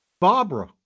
Barbara